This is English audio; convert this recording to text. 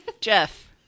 Jeff